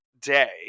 Day